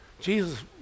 Jesus